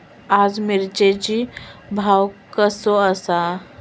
आज मिरचेचो भाव कसो आसा?